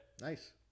Nice